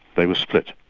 they were split.